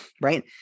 right